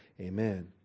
Amen